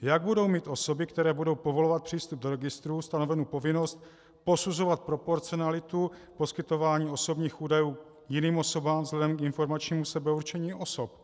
Jak budou mít osoby, které budou povolovat přístup do registrů, stanovenu povinnost posuzovat proporcionalitu poskytování osobních údajů jiným osobám vzhledem i informačnímu sebeurčení osob?